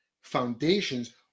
foundations